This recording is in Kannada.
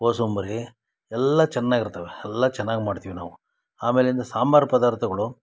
ಕೋಸುಂಬರಿ ಎಲ್ಲ ಚೆನ್ನಾಗಿರ್ತವೆ ಎಲ್ಲ ಚೆನ್ನಾಗಿ ಮಾಡ್ತೀವಿ ನಾವು ಆಮೇಲಿಂದ ಸಾಂಬಾರು ಪದಾರ್ಥಗಳು